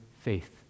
faith